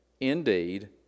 indeed